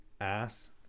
ass